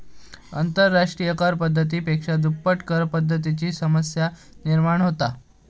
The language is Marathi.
आंतरराष्ट्रिय कर पद्धती पेक्षा दुप्पट करपद्धतीची समस्या निर्माण होता